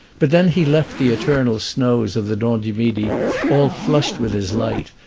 but then he left the eternal snows of the dent-du-midi all flushed with his light,